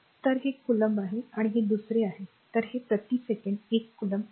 तर हे कौलॉम्ब आहे हे दुसरे आहे तर ते प्रति सेकंद 1 कोलॉम्ब असेल